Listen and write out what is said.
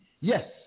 yes